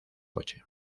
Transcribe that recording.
coche